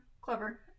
clever